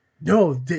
no